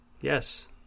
Yes